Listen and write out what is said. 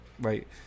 right